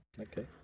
Okay